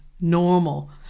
normal